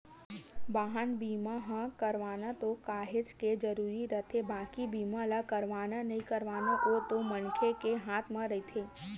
बाहन बीमा ह करवाना तो काहेच के जरुरी रहिथे बाकी बीमा ल करवाना नइ करवाना ओ तो मनखे के हात म रहिथे